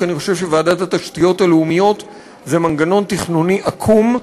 כי אני חושב שהוועדה לתשתיות לאומיות זה מנגנון תכנוני עקום,